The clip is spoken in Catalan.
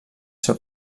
seu